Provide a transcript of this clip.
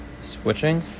switching